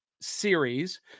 series